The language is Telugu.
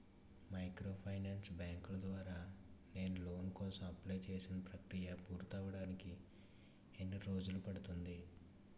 మైక్రోఫైనాన్స్ బ్యాంకుల ద్వారా నేను లోన్ కోసం అప్లయ్ చేసిన ప్రక్రియ పూర్తవడానికి ఎన్ని రోజులు పడుతుంది?